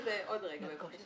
אני אתייחס לזה בעוד רגע בבקשה.